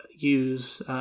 use